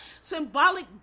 symbolic